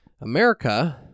America